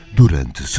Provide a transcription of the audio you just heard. durante